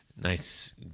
nice